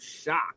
shocked